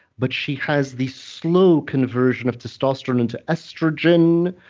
but she has the slow conversion of testosterone into estrogen.